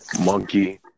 monkey